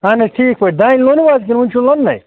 اَہَن حظ ٹھیٖک پٲٹھۍ دانہِ لونوٕ حظ کِنہٕ وٕنۍ چھُو لونٛنَے